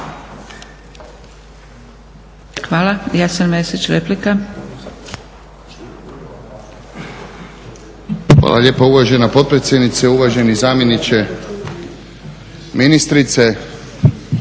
Jasen (HDZ)** Hvala lijepa uvažena potpredsjednice. Uvaženi zamjeniče ministrice.